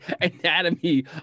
anatomy